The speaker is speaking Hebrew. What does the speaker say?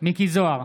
מיקי זוהר,